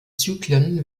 zyklen